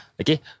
okay